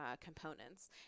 components